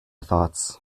thoughts